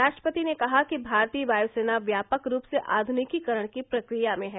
राष्ट्रपति ने कहा कि भारतीय वायुसेना व्यापक रूप से आधुनिकीकरण की प्रक्रिया में है